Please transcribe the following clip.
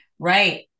Right